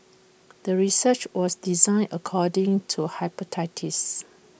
the research was designed according to hypothesis